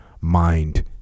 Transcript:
mind